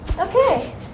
Okay